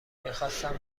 میخواستم